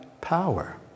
power